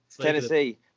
Tennessee